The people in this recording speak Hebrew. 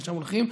ולשם הולכים,